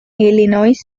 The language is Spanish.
illinois